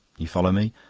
you follow me?